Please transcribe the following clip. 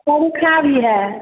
पंखा भी है